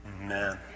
amen